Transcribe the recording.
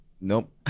Nope